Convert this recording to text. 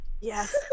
Yes